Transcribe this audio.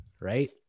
Right